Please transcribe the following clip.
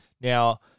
Now